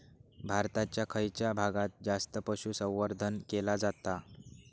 भारताच्या खयच्या भागात जास्त पशुसंवर्धन केला जाता?